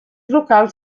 locals